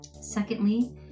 Secondly